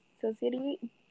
society